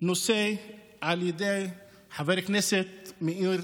על ידי חבר הכנסת מאיר